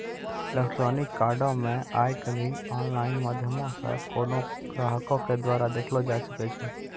electronic कार्डो के आइ काल्हि आनलाइन माध्यमो से कोनो ग्राहको के द्वारा देखलो जाय सकै छै